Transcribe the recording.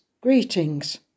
greetings